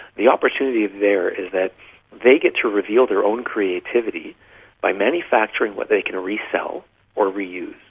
the opportunity there is that they get to reveal their own creativity by manufacturing what they can resell or reuse.